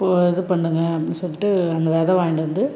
போ இது பண்ணுங்க அப்படின்னு சொல்லிட்டு அந்த விதை வாங்கிட்டு வந்து